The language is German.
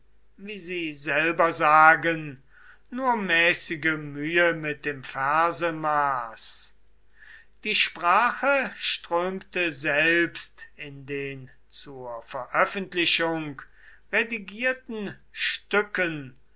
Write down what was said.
wie sie selber sagen nur mäßige mühe mit dem versemaß die sprache strömte selbst in den zur veröffentlichung redigierten stücken